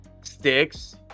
Sticks